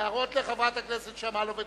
להראות לחברת הכנסת שמאלוב את